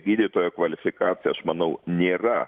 gydytojo kvalifikacija aš manau nėra